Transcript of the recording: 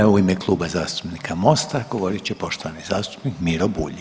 Evo u ime Kluba zastupnika MOST-a govorit će poštovani zastupnik Miro Bulj.